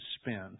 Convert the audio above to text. spend